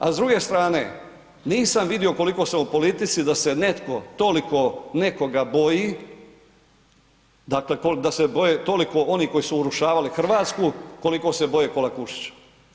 A s druge strane, nisam vidio koliko sam u politici da se netko toliko nekoga boji, dakle da se boje toliko oni koji su urušavali Hrvatsku koliko se boje Kolakušića.